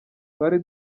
twari